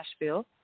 Nashville